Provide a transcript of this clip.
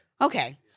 Okay